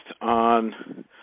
on